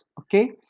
Okay